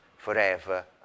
forever